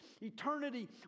eternity